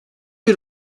bir